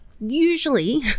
Usually